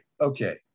Okay